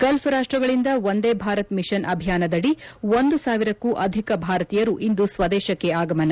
Gulf ರಾಷ್ಸಗಳಿಂದ Vande Bharat mission ಅಭಿಯಾನದಡಿ ಒಂದು ಸಾವಿರಕ್ಕೂ ಅಧಿಕ ಭಾರತೀಯರು ಇಂದು ಸ್ವದೇಶಕ್ಕೆ ಆಗಮನ